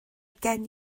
gen